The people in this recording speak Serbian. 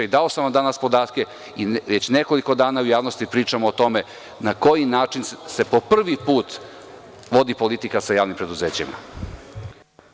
Dao sam vam danas podatke i već nekoliko dana u javnosti pričamo o tome na koji način se po prvi put vodi politika sa javnim preduzećima.